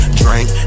drink